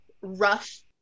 rough